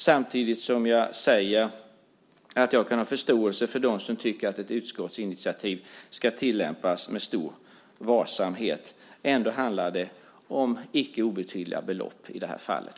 Samtidigt kan jag ha förståelse för dem som tycker att utskottsinitiativ ska tillämpas med stor varsamhet. Ändå handlar det om icke obetydliga belopp i det här fallet.